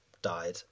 died